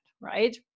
right